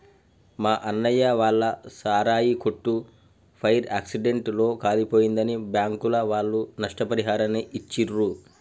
మా అన్నయ్య వాళ్ళ సారాయి కొట్టు ఫైర్ యాక్సిడెంట్ లో కాలిపోయిందని బ్యాంకుల వాళ్ళు నష్టపరిహారాన్ని ఇచ్చిర్రు